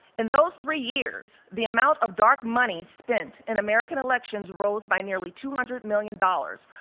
in those three years, the amount of dark money spent in american elections rose by nearly two hundred million dollars.